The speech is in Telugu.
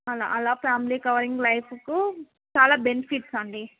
అలా అలా ఫ్యామిలీ కవరింగ్ లైఫ్కు చాలా బెనిఫిట్స్ అండి